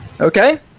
Okay